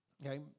Okay